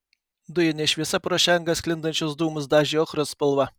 dujinė šviesa pro šią angą sklindančius dūmus dažė ochros spalva